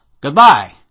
Goodbye